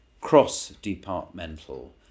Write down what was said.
cross-departmental